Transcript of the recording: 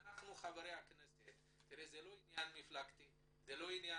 תראה, זה לא עניין מפלגתי ולא פוליטי.